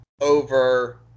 over